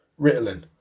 Ritalin